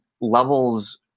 levels